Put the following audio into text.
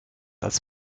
als